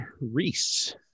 Reese